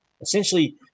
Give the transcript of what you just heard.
Essentially